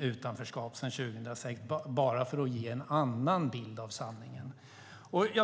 utanförskap minskat sedan 2006 - bara för att ge en annan bild av sanningen.